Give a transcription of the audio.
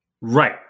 Right